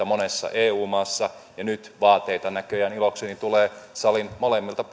monessa eu maassa ja nyt vaateita näköjään ilokseni tulee salin molemmilta